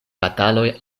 bataloj